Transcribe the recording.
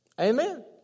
Amen